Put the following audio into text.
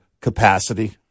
capacity